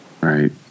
right